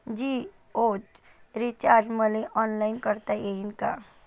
जीओच रिचार्ज मले ऑनलाईन करता येईन का?